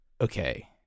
okay